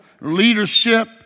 leadership